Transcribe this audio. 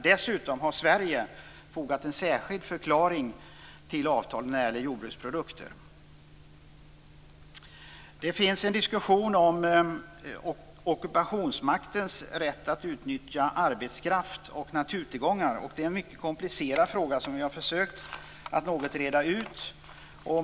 Dessutom har Sverige fogat en särskild förklaring till avtalet när det gäller jordbruksprodukter. Det finns en diskussion om ockupationsmaktens rätt att utnyttja arbetskraft och naturtillgångar. Det är en mycket komplicerad fråga, som vi har försökt att något reda ut.